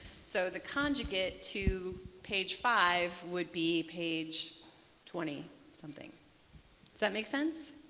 so the conjugate to page five would be page twenty something. does that make sense?